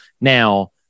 now